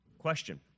question